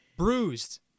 Bruised